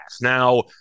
Now